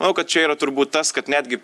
manau kad čia yra turbūt tas kad netgi